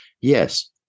Yes